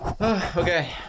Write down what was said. Okay